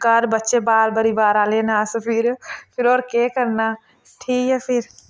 घर बच्चे बाल परिवार आह्ले न अस फिर फिर होर केह् करना ठीक ऐ फिर